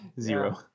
zero